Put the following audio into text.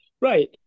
Right